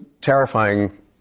terrifying